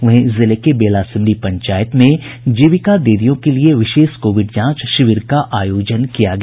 वहीं जिले के बेला सिमरी पंचायत में जीविका दीदियों के लिए विशेष कोविड जांच शिविर का आयोजन किया गया